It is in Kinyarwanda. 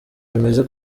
bimeze